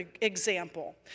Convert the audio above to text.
example